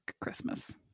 Christmas